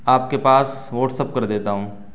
آپ کے پاس واٹسپ کر دیتا ہوں